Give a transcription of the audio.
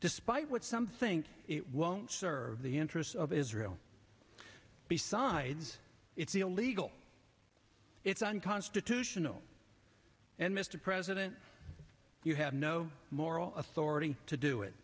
despite what some think it won't serve the interests of israel besides it's illegal it's unconstitutional and mr president you have no moral authority to do it